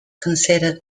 considered